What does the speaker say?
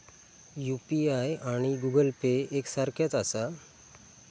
UPI आणि Google Pay एक सारख्याच आसा?